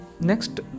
Next